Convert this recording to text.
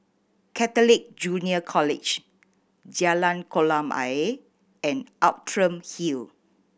Catholic Junior College Jalan Kolam Ayer and Outram Hill